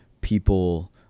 people